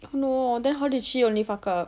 no then how did she only fuck up